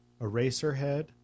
Eraserhead